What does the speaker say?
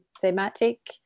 thematic